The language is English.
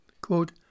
Quote